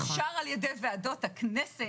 מאושר על-ידי ועדות הכנסת.